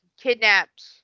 kidnapped